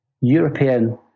European